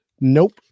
Nope